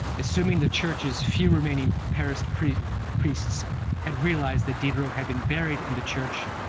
assuming the church's few remaining paris priests priests had realized that diderot had been buried in the church,